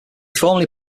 formerly